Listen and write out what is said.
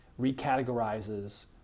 recategorizes